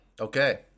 Okay